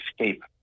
escape